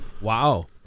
Wow